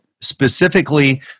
specifically